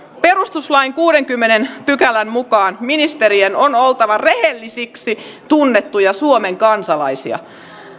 perustuslain kuudennenkymmenennen pykälän mukaan ministerien on oltava rehellisiksi tunnettuja suomen kansalaisia